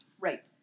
right